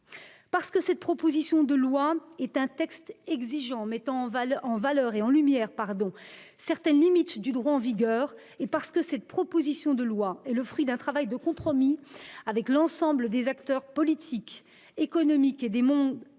Parce que cette proposition de loi est un texte exigeant, qui met en lumière certaines limites du droit en vigueur, et parce qu'elle est le fruit d'un travail de compromis avec l'ensemble des acteurs politiques, économiques et des mondes